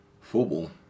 Football